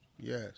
yes